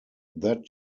that